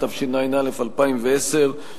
התשע"א 2010,